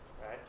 right